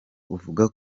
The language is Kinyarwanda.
buvuga